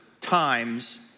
times